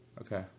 Okay